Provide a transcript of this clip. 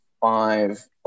five